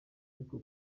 ariko